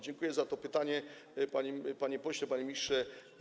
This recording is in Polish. Dziękuję za to pytanie, panie pośle, panie ministrze.